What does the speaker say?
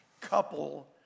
couple